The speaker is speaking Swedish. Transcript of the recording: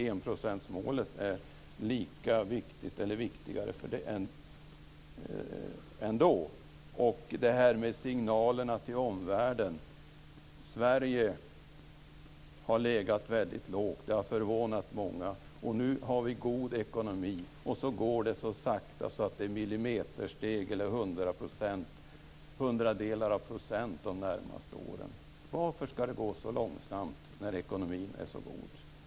Enprocentsmålet är lika viktigt ändå. Det här med signalerna till omvärlden. Sverige har legat väldigt lågt. Det har förvånat många. Nu har vi god ekonomi, och så går det så sakta att det är millimeterssteg, eller hundradelar av procent de närmaste åren. Varför ska det gå så långsamt när ekonomin är så god?